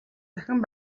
дахин